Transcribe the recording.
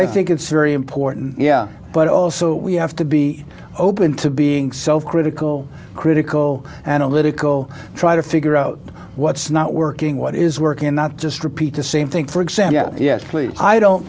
i think it's very important yeah but also we have to be open to being so critical critical analytical try to figure out what's not working what is working and not just repeat the same thing for example yes please i don't